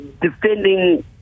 Defending